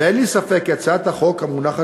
ואין לי ספק כי הצעת החוק המונחת